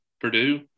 Purdue